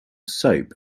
soap